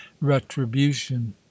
retribution